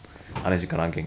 I scared no because